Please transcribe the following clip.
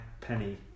penny